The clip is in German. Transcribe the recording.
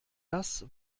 das